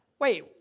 wait